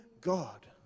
God